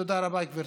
תודה רבה, גברתי.